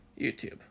YouTube